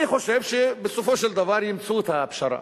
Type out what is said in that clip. אני חושב שבסופו של דבר ימצאו את הפשרה,